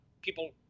people